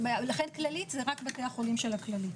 לכן כללית זה רק בתי החולים של הכללית.